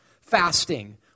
Fasting